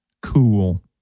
cool